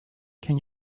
can